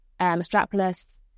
strapless